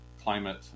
climate